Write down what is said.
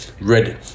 ready